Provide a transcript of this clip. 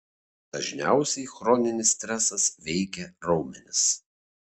dažniausiai chroninis stresas veikia raumenis